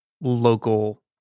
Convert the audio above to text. local